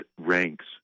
ranks